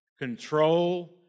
Control